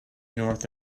north